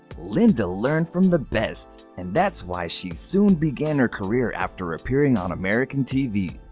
linda learned from the best and that's why she soon began her career after appearing on american tv.